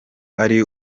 ari